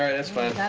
and that's fine,